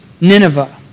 Nineveh